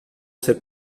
sait